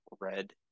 Red